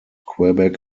quebec